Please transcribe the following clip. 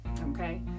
Okay